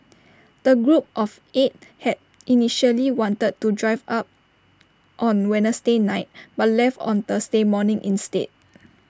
the group of eight had initially wanted to drive up on Wednesday night but left on Thursday morning instead